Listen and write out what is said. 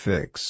Fix